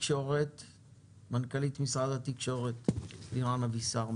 מנכ"לית משרד התקשורת לירן אבישר,